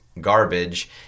garbage